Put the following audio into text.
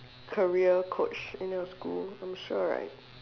career coach in your school I'm sure right